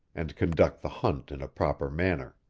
and conduct the hunt in a proper manner.